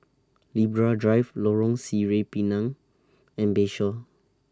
Libra Drive Lorong Sireh Pinang and Bayshore